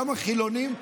גם החילונים,